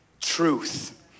truth